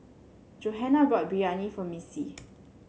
Johana bought Biryani for Missy